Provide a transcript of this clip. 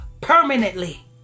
permanently